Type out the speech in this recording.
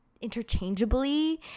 interchangeably